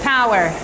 Power